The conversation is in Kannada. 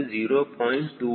212 3